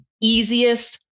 easiest